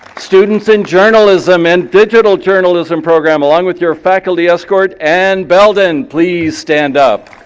students in journalism and digital journalism program along with your faculty escort anne belden, please stand up.